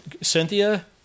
cynthia